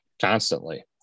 Constantly